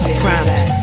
promise